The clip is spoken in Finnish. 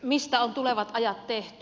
mistä on tulevat ajat tehty